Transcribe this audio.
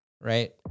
Right